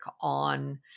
on